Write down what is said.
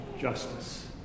justice